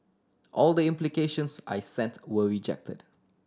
all the applications I sent were rejected